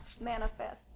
manifest